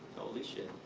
holy shit!